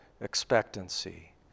expectancy